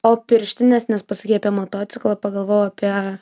o pirštinės nes pasakei apie motociklą pagalvojau apie